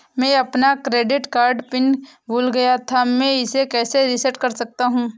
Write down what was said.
मैं अपना credit card pin भूल गया था मैं इसे कैसे रीसेट कर सकता हूँ?